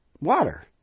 water